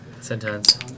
Sentence